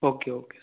okay okay